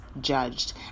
judged